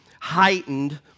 heightened